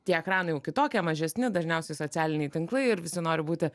tie ekranai jau kitokie mažesni dažniausiai socialiniai tinklai ir visi nori būti